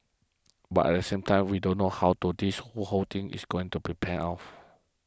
but at the same time we don't know how do this whole thing is going to pan out